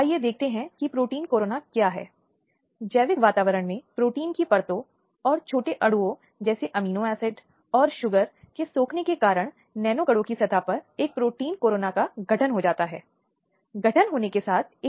अब यह एक बहुत ही व्यापक कानून है जो बच्चों को यौन उत्पीड़न और पोर्नोग्राफी के अपराधों से सुरक्षा प्रदान करने के लिए पारित किया गया है और एक ही समय में कानून सुधारों की कोशिश कर रहा है जो कि सुरक्षित है